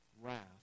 wrath